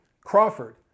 Crawford